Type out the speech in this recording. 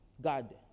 God